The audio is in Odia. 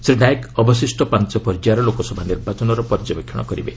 ଶ୍ରୀ ନାୟକ ଅବଶିଷ୍ଟ ପାଞ୍ଚ ପର୍ଯ୍ୟାୟର ଲୋକସଭା ନିର୍ବାଚନର ପର୍ଯ୍ୟବେକ୍ଷଣ କରିବେ